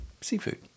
seafood